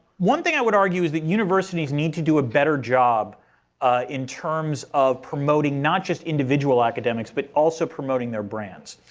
one thing i would argue is that universities need to do a better job in terms of promoting not just individual academics, but also promoting their brands.